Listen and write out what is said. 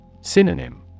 Synonym